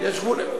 יש גבול.